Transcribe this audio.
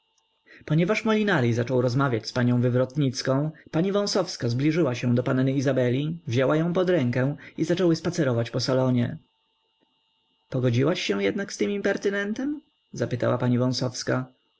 ponieważ molinari zaczął rozmawiać z panią wywrotnicką pani wąsowska zbliżyła się do panny izabeli wzięła ją pod rękę i zaczęły spacerować po salonie pogodziłaś się jednak z tym impertynentem zapytała pani